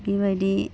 बेबायदि